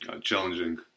challenging